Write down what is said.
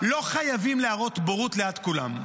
------ לא חייבים להראות בורות ליד כולם,